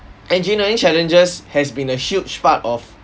engineering challenges has been a huge part of